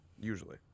usually